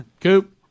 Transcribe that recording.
coop